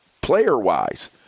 player-wise